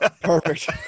perfect